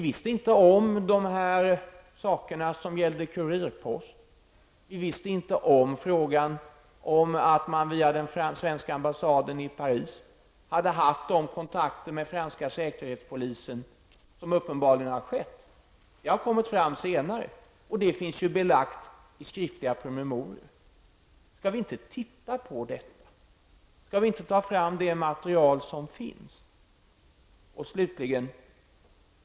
Vi kände inte till detta som berörde kurirpost. Vi visste inte om de kontakter man hade med den franska underrättelsetjänsten via den svenska ambassaden i Paris. Detta har kommit fram senare. Det finns belagt i skriftliga promemorior. Skall vi inte undersöka detta? Skall vi inte ta fram det material som finns?